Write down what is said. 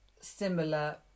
similar